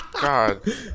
God